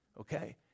Okay